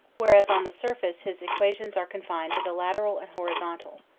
whereas on the surfa ce his equations are confined to the lateral and horizontal.